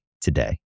today